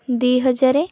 ଦୁଇ ହଜାର